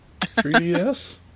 3DS